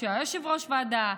כשהוא היה יושב-ראש ועדה,